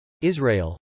Israel